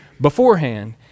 beforehand